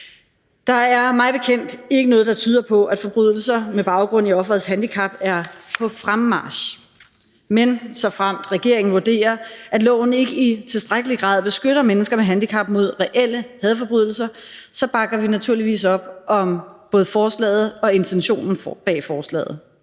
Der er mig bekendt ikke noget, der tyder på, at forbrydelser med baggrund i offerets handicap er på fremmarch, men såfremt regeringen vurderer, at loven ikke i tilstrækkelig grad beskytter mennesker med handicap mod reelle hadforbrydelser, bakker vi naturligvis op om både forslaget og intentionen bag forslaget.